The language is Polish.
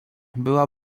była